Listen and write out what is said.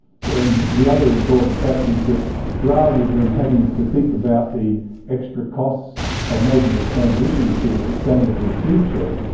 so and the other important fact is that rather than having to think about the extra costs of making a transition to a sustainable future,